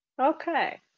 Okay